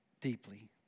deeply